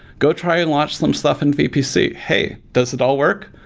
go try and launch some stuff and vpc. hey! does it all work?